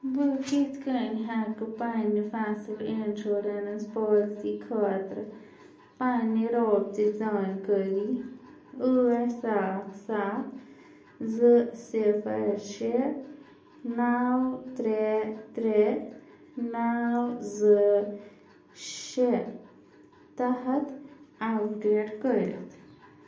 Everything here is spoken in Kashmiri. بہٕ کِتھٕ کٔنۍ ہٮ۪کہٕ پنٕنہِ فصل اِنشورنٕس پالیسی خٲطرٕ پنٕنہِ رٲبطٕچ زانکٲری ٲٹھ سَتھ سَتھ زٕ صِفر شےٚ نو ترٛےٚ ترٛےٚ نو زٕ شےٚ تحت اپڈیٹ کٔرِتھ